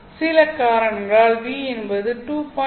சில காரணங்களால் V என்பது 2